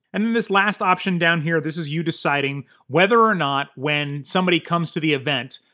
and then this last option down here, this is you deciding whether or not, when somebody comes to the event,